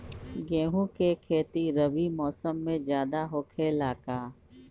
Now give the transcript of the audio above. गेंहू के खेती रबी मौसम में ज्यादा होखेला का?